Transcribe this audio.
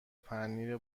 پنیر